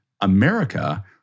America